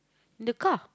in the car